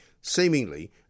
seemingly